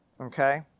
okay